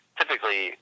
typically